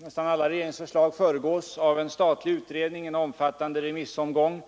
Nästan alla regeringsförslag föregås av en statlig utredning och en omfattande remissomgång,